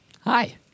Hi